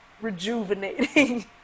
rejuvenating